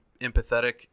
empathetic